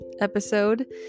episode